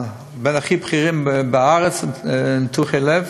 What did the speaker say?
אחד הבכירים בארץ בניתוחי לב,